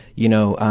you know,